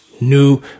New